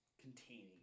containing